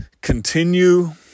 continue